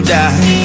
die